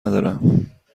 ندارم